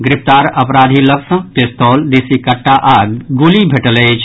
गिरफ्तार अपराधी लऽग सँ पिस्तौल देसी कट्टा आओर गोली भेटल अछि